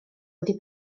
wedi